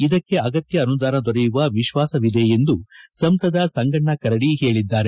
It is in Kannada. ಇದಕ್ಕೆ ಅಗತ್ಯ ಅನುದಾನ ದೊರೆಯುವ ವಿಶ್ವಾಸವಿದೆ ಎಂದು ಸಂಸದ ಸಂಗಣ್ಣ ಕರಡಿ ಹೇಳಿದ್ದಾರೆ